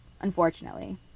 unfortunately